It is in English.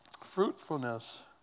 Fruitfulness